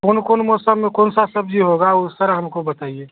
कौन कौन मौसम में कौन सा सब्ज़ी होगा उस तरह हमको बताइए